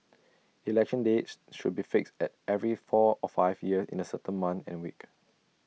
election dates should be fixed at every four or five years in A certain month and week